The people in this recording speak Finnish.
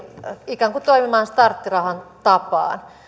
ikään kuin toimimaan starttirahan tapaan